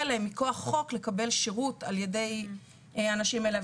להם מכוח החוק לקבל שירות על ידי האנשים האלה.